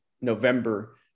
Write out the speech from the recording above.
November